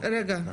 רגע,